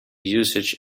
usage